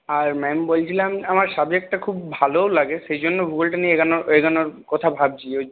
আর ma'am বলছিলাম আমার সাবজেক্টটা খুব ভালোও লাগে সেই জন্য ভূগোলটা নিয়ে এগোনোর এগোনোর কথা ভাবছি ঐ